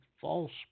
false